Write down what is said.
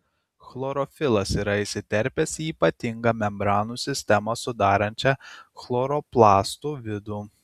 chlorofilas yra įsiterpęs į ypatingą membranų sistemą sudarančią chloroplastų vidų